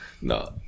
No